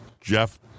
Jeff